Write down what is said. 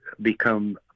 become